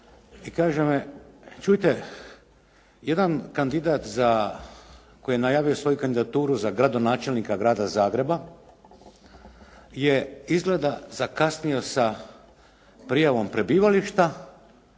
i kaže mi: “Čujte, jedan kandidat za, koji je najavio svoju kandidaturu za gradonačelnika grada Zagreba je izgleda zakasnio sa prijavom prebivališta,